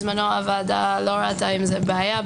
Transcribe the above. הוועדה לא ראתה עם זה בעיה.